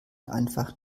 einfach